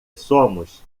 somos